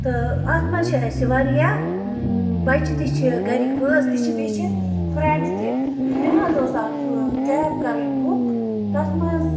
تہٕ اتھ مَنٛز چھِ اَسہِ واریاہ بَچہِ تہِ چھِ گرٕکۍ بٲژ تہِ چھِ بیٚیہِ چھِ فرٛینٛڈ تہِ مےٚ حظ اوس کیب کَرٕنۍ بُک تتھ مَنٛز